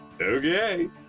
Okay